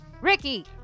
Ricky